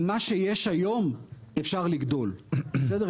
עם מה שיש היום אפשר לגדול, בסדר?